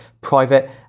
private